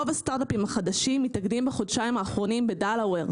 רוב הסטארט-אפים החדשים מתאגדים בחודשיים האחרונים בדלאוור.